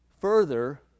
Further